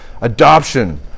adoption